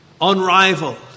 Unrivaled